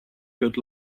good